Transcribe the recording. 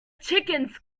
chickens